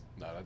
No